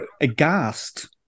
aghast